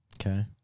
Okay